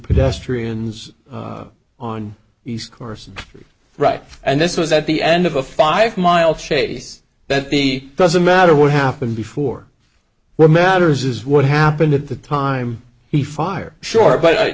pedestrians on east course right and this was at the end of a five mile chase that b doesn't matter what happened before what matters is what happened at the time he fired short but